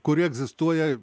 kuri egzistuoja